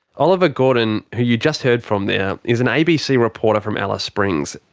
oliver gordon. who you just heard from there. is an abc reporter from alice springs,